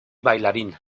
bailarina